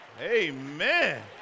Amen